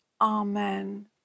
Amen